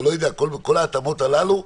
או כל ההטבות הללו,